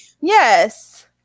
Yes